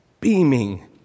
beaming